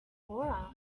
aura